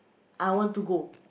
I want to go